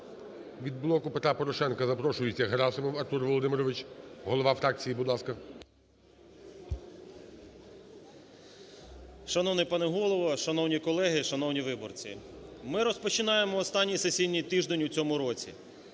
Від "Блоку Петра Порошенка" запрошується Герасимов Артур Володимирович голова фракції. Будь ласка. 10:08:45 ГЕРАСИМОВ А.В. Шановний пане Голово, шановні колеги, шановні виборці, ми розпочинаємо останній сесійний тиждень в цьому році.